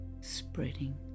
spreading